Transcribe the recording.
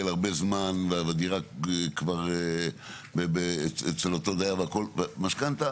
הרבה זמן והדירה כבר אצל אותו דייר והכל משכנתה,